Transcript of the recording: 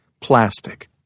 Plastic